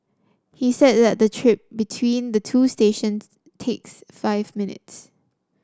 he said that the trip between the two stations takes just five minutes